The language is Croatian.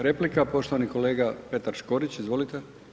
Replika poštovani kolega Petar Škorić, izvolite.